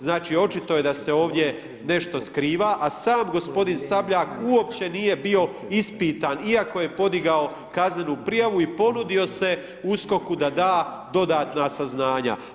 Znači, očito je da se ovdje nešto skriva, a sam g. Sabljak uopće nije bio ispitan iako je podigao kaznenu prijavu i ponudio se USKOK-u da da dodatna saznanja.